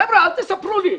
חבר'ה, אל תספרו לי.